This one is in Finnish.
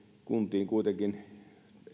kuntiin kuitenkin